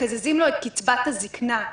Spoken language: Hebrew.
מקזזים לו את קצבת הזקנה,